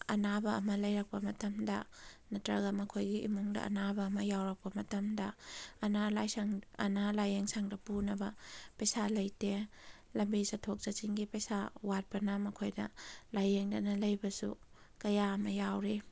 ꯑꯅꯥꯕ ꯑꯃ ꯂꯩꯔꯛꯄ ꯃꯇꯝꯗ ꯅꯠꯇ꯭ꯔꯒ ꯃꯈꯣꯏꯒꯤ ꯏꯃꯨꯡꯗ ꯑꯅꯥꯕ ꯑꯃ ꯌꯥꯎꯔꯛꯄ ꯃꯇꯝꯗ ꯑꯅꯥ ꯂꯥꯏꯁꯪ ꯑꯅꯥ ꯂꯥꯏꯌꯦꯡꯁꯪꯗ ꯄꯨꯅꯕ ꯄꯩꯁꯥ ꯂꯩꯇꯦ ꯂꯝꯕꯤ ꯆꯠꯊꯣꯛ ꯆꯠꯁꯤꯟꯒꯤ ꯄꯩꯁꯥ ꯋꯥꯠꯄꯅ ꯃꯈꯣꯏꯗ ꯂꯥꯏꯌꯦꯡꯗꯅ ꯂꯩꯕꯁꯨ ꯀꯌꯥ ꯑꯃ ꯌꯥꯎꯔꯤ